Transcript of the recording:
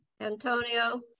Antonio